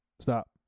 stop